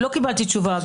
אני לא קיבלתי תשובה.